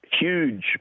huge